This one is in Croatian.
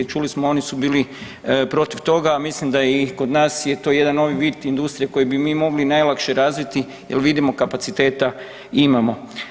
Čuli smo oni su bili protiv toga, a mislim da je i kod nas to jedan novi vid industrije koji bi mi mogli najlakše razviti jel vidimo kapaciteta imamo.